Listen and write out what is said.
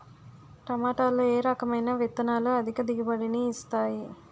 టమాటాలో ఏ రకమైన విత్తనాలు అధిక దిగుబడిని ఇస్తాయి